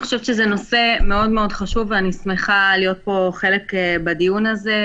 אני חושבת שזה נושא מאוד מאוד חשוב ואני שמחה להיות חלק מן הדיון הזה.